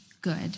good